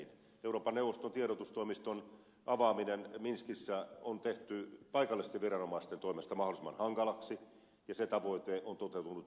euroopan neuvoston tiedotustoimiston avaaminen minskissä on tehty paikallisten viranomaisten toimesta mahdollisimman hankalaksi ja se tavoite on toteutunut todellakin vain osittain